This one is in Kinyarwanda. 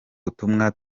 butumwa